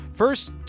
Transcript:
First